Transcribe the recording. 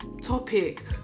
topic